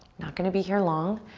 not gonna be here long.